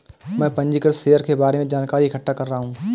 मैं पंजीकृत शेयर के बारे में जानकारी इकट्ठा कर रहा हूँ